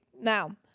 Now